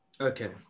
okay